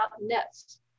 nets